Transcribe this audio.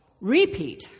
repeat